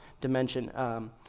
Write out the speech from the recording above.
dimension